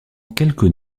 quelques